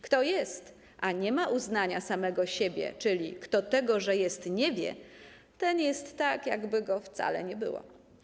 Kto jest, a nie ma uznania samego siebie, czyli kto tego, że jest, nie wie, ten jest tak, jakby go wcale nie było.